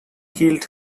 killed